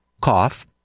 cough